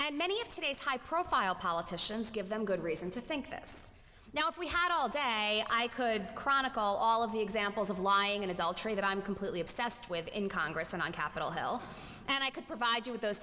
and many of today's high profile politicians give them good reason to think this now if we had all day i could chronicle all of the examples of lying and adultery that i'm completely obsessed with in congress and on capitol hill and i could provide you with those